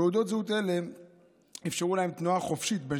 תעודות זהות אלה אפשרו להם תנועה חופשית בין